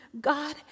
God